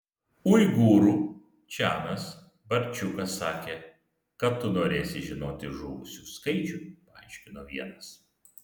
uigūrų chanas barčiukas sakė kad tu norėsi žinoti žuvusiųjų skaičių paaiškino vienas